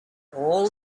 all